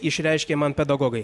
išreiškė man pedagogai